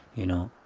you know?